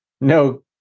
No